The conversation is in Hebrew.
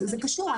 זה קשור,